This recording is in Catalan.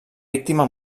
víctima